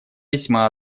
весьма